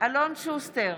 אלון שוסטר,